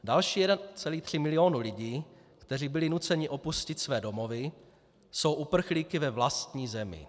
Další 1,3 milionu lidí, kteří byli nuceni opustit své domovy, jsou uprchlíky ve vlastní zemi.